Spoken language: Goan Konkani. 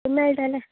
मेळटले